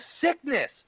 sickness